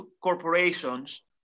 corporations